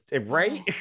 right